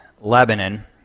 Lebanon